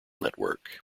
network